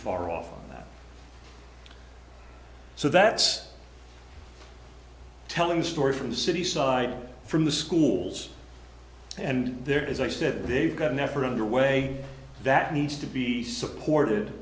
off so that's telling the story from the city side from the schools and there is i said they've got an effort underway that needs to be supported